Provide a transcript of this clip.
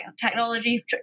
technology